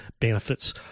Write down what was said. benefits